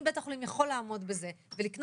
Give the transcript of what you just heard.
אם בית החולים יכול לעמוד בזה ולקנות